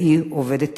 והיא אובדת תקווה?